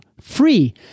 free